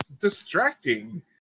distracting